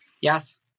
Yes